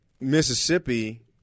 Mississippi